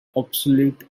obsolete